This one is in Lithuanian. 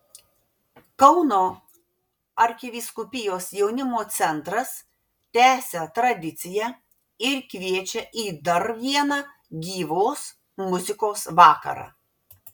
kauno arkivyskupijos jaunimo centras tęsia tradiciją ir kviečią į dar vieną gyvos muzikos vakarą